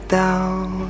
down